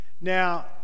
Now